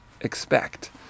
expect